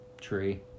tree